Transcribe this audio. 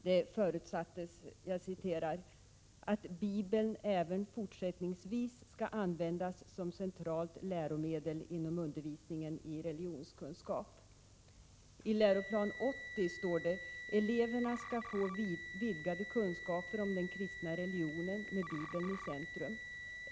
Det förutsattes ”att bibeln även fortsättningsvis skall användas som centralt läromedel inom undervisningen i religionskunskap”. I läroplan 80 står det att ”eleverna skall få vidgade kunskaper om den kristna religionen med bibeln i centrum.